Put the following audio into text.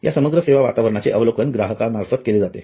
या समग्र सेवा वातावरणाचे अवलोकन ग्राहका मार्फत केले जाते